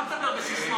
אני מדבר ברצינות.